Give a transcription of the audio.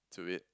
to it